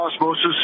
osmosis